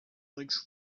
legs